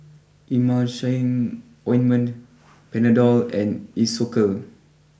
Emulsying Ointment Panadol and Isocal